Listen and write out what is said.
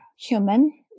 human